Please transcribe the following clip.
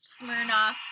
Smirnoff